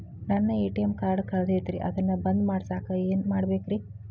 ನನ್ನ ATM card ಕಳದೈತ್ರಿ ಅದನ್ನ ಬಂದ್ ಮಾಡಸಾಕ್ ಏನ್ ಮಾಡ್ಬೇಕ್ರಿ?